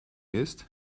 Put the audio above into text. ist